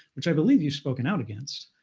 which i believe you've spoken out against.